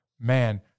Man